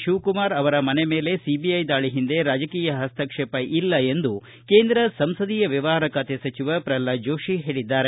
ಶಿವಕುಮಾರ ಅವರ ಮನೆ ಮೇಲೆ ಸಿಬಿಐ ದಾಳಿ ಹಿಂದೆ ರಾಜಕೀಯ ಹಸ್ತಕ್ಷೇಪ ಇಲ್ಲ ಎಂದು ಕೇಂದ್ರ ಸಂಸದಿಯ ವ್ಯವಹಾರ ಖಾತೆ ಸಚಿವ ಪ್ರಲ್ವಾದ ಜೋಶಿ ಹೇಳಿದ್ದಾರೆ